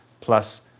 plus